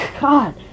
god